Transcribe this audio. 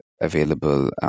available